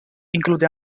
include